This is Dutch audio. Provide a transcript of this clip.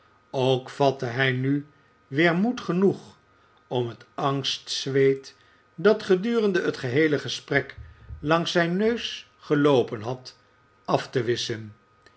ook vatte hij nu weer moed genoeg om het angstzweet dat gedurende het gehee e gesprek langs zijn neus geloopen had af te wisschen